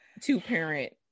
Two-parent